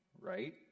right